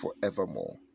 forevermore